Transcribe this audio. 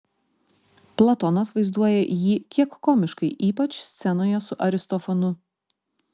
platonas vaizduoja jį kiek komiškai ypač scenoje su aristofanu